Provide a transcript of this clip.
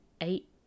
eight